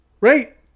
right